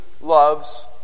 loves